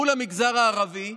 מול המגזר הערבי,